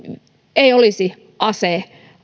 ei olisi